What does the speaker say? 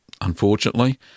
unfortunately